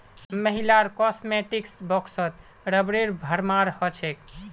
महिलार कॉस्मेटिक्स बॉक्सत रबरेर भरमार हो छेक